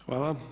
Hvala.